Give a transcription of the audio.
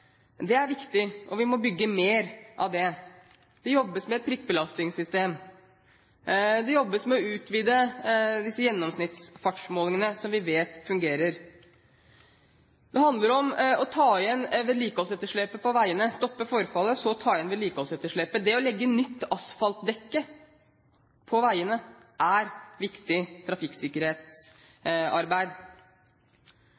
det er viktig – og vi må bygge mer av det. Det jobbes med et prikkbelastningssystem. Det jobbes med å utvide disse gjennomsnittsfartsmålingene, som vi vet fungerer. Det handler om å stoppe forfallet på veiene og så ta igjen vedlikeholdsetterslepet. Det å legge nytt asfaltdekke på veiene er viktig